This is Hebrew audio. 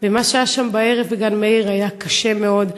ומה שהיה שם בערב בגן מאיר היה קשה מאוד.